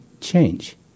change